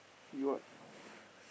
see what